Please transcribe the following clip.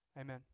Amen